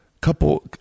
couple